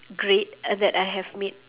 great uh that I have made